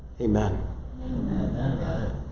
Amen